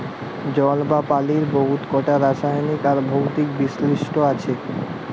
জল বা পালির বহুত কটা রাসায়লিক আর ভৌতিক বৈশিষ্ট আছে